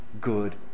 good